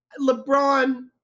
LeBron